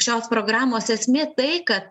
šios programos esmė tai kad